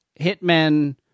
hitmen